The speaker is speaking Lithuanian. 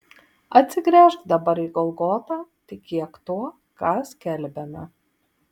atsigręžk dabar į golgotą tikėk tuo ką skelbiame